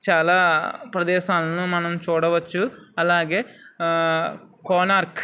చాలా ప్రదేశాలను మనం చూడవచ్చు అలాగే కోణార్క్